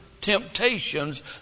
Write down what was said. temptations